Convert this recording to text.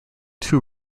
two